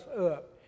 up